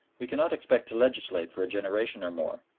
we cannot expect to legislate for a generation or more.